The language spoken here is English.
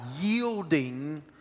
yielding